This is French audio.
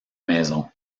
maison